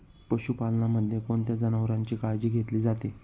पशुपालनामध्ये कोणत्या जनावरांची काळजी घेतली जाते?